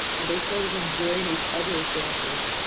and they started enjoying each other's dances.